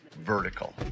Vertical